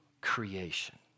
creation